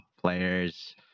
players